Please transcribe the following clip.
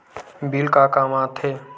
Bill का काम आ थे?